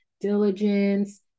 diligence